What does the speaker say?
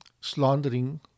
slandering